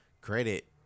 credit